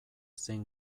zein